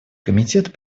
комитет